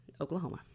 Oklahoma